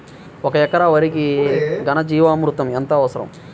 ఒక ఎకరా వరికి ఘన జీవామృతం ఎంత అవసరం?